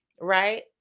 right